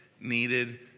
needed